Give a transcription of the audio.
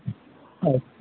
اچھ